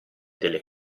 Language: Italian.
delle